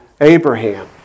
Abraham